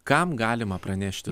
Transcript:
kam galima pranešti